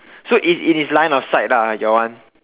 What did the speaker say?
so is in his line of sight lah your one